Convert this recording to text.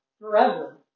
forever